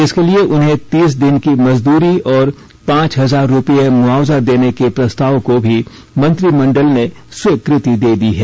इसके लिए उन्हें तीस दिन की मजदूरी और पांच हजार रुपए मुआवजा देने के प्रस्ताव को भी मंत्रिमंडल ने स्वीकृति दे दी है